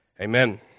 Amen